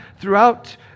throughout